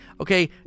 Okay